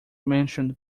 mentioned